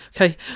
okay